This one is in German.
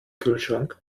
kühlschrank